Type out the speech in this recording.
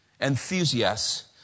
enthusiasts